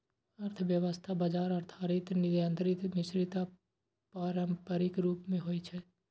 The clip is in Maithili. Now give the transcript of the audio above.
अर्थव्यवस्था बाजार आधारित, नियंत्रित, मिश्रित आ पारंपरिक रूप मे होइ छै